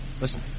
listen